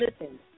Listen